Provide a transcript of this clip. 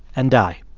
and die.